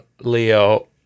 Leo